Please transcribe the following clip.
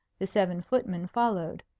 the seven footmen followed.